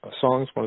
songs